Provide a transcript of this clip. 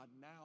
now